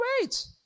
wait